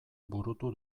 burutu